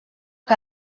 que